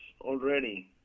already